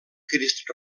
crist